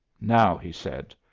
now, he said,